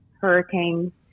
hurricanes